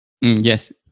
Yes